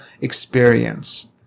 experience